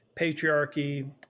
patriarchy